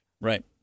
Right